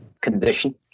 condition